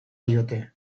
diote